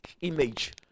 image